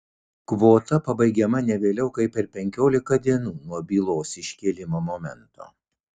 kvota pabaigiama ne vėliau kaip per penkiolika dienų nuo bylos iškėlimo momento